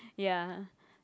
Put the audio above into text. ya